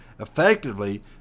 effectively